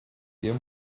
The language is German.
ihrem